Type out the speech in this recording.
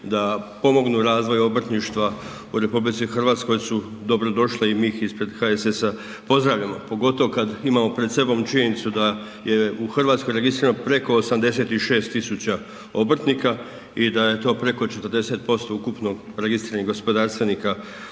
da pomognu razvoju obrtništva u RH su dobrodošla i mi ih ispred HSS-a pozdravljamo. Pogotovo kada pred sobom imamo činjenicu da je u Hrvatskoj registrirano preko 86.000 obrtnika i da je to preko 40% ukupno registriranih gospodarstvenika